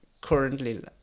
currently